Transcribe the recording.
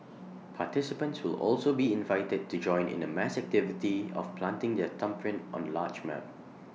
participants will also be invited to join in A mass activity of planting their thumbprint on A large map